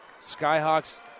Skyhawks